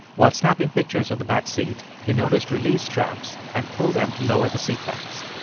while snapping pictures of the back seat, he noticed release straps and pulled them to lower the seatbacks.